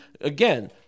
again